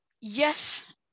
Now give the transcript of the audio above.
yes